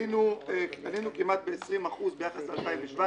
עלינו כמעט ב-20% ביחס לשנת 2017,